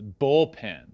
bullpen